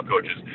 coaches